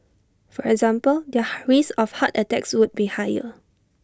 for example their risk of heart attacks would be higher